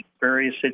various